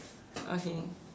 okay